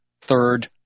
third